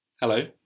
Hello